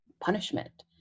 punishment